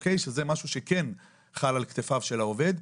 שזה משהו שכן חל על כתפיו של העובד,